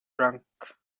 drunk